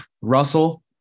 Russell